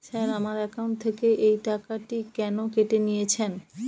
Sir আমার account থেকে এই টাকাটি কেন কেটে নিয়েছেন?